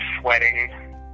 sweating